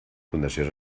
contenciós